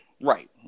Right